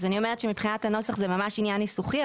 אז מבחינת הנוסח זה ממש עניין ניסוחי,